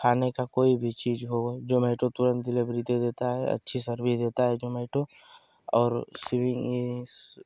खाने का कोई भी चीज़ हो जोमेटो तुरंत दिलिभरी दे देता है अच्छी सर्विस देता है जोमेटो और